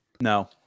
no